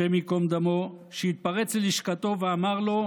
השם ייקום דמו, שהתפרץ ללשכתו ואמר לו: